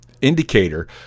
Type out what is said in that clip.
indicator